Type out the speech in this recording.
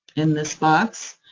in this box.